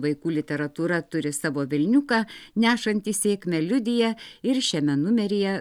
vaikų literatūra turi savo velniuką nešantį sėkmę liudija ir šiame numeryje